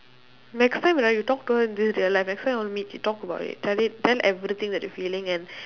next time right you talk to her in real life next time you want to meet you talk about it tell it tell her everything that you feeling and